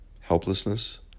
helplessness